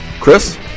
Chris